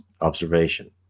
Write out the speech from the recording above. Observation